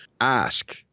ask